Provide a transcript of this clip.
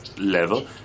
level